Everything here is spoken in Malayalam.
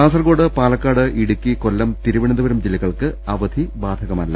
കാസർകോട് പാലക്കാട് ഇടുക്കി കൊല്ലം തിരുവനന്തപുരം ജില്ല കൾക്ക് അവധി ബാധകമല്ല